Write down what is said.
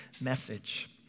message